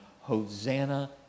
Hosanna